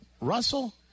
Russell